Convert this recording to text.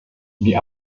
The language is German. die